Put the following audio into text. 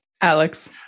Alex